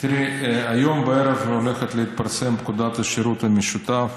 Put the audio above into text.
היום בערב הולכת להתפרסם פקודת השירות המשותף.